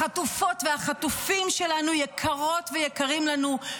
החטופות והחטופים שלנו יקרות ויקרים לנו,